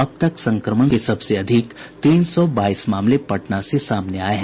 अब तक संक्रमण के सबसे अधिक तीन सौ बाईस मामले पटना से सामने आये हैं